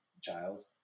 child